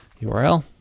URL